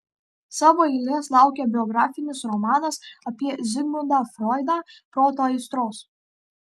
savo eilės laukia biografinis romanas apie zigmundą froidą proto aistros